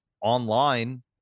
online